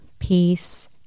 peace